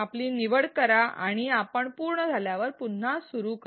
आपली निवड करा आणि आपण पूर्ण झाल्यावर पुन्हा सुरू करा